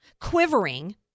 quivering